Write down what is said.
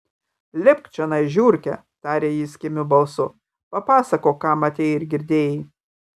lipk čionai žiurke tarė jis kimiu balsu papasakok ką matei ir girdėjai